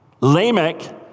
Lamech